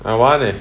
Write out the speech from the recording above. I want it